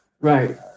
right